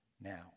Now